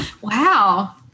Wow